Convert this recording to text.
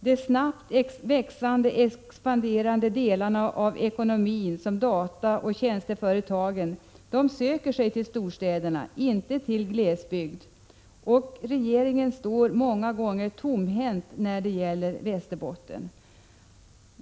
De snabbt expanderande delarna av ekonomin, som dataoch tjänsteföretag, söker sig till storstäderna, inte till glesbygd. Regeringen står många gånger tomhänt när det gäller Västerbotten.